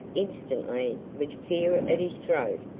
instantly, with fear at his throat,